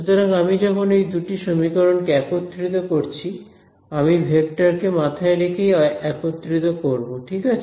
সুতরাং আমি যখন এই দুটি সমীকরণকে একত্রিত করছি আমি ভেক্টর কে মাথায় রেখেই একত্রিত করব ঠিক আছে